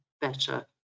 better